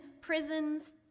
prisons